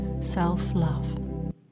self-love